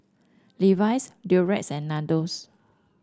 Levi's Durex and Nandos